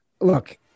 Look